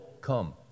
come